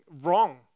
wrong